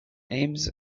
aims